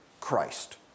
Christ